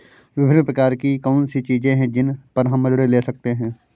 विभिन्न प्रकार की कौन सी चीजें हैं जिन पर हम ऋण ले सकते हैं?